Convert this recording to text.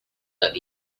that